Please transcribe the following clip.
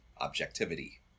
objectivity